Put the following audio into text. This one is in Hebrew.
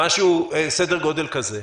סדר גודל כזה.